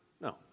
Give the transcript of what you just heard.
No